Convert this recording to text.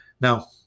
Now